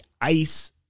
ice